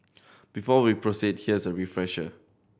before we proceed here is a refresher